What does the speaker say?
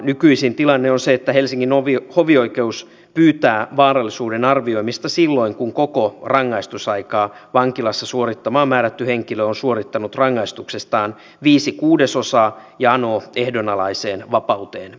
nykyisin tilanne on se että helsingin hovioikeus pyytää vaarallisuuden arvioimista silloin kun koko rangaistusaikaa vankilassa suorittamaan määrätty henkilö on suorittanut rangaistuksestaan viisi kuudesosaa ja anoo ehdonalaiseen vapauteen pääsemistä